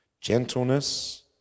Gentleness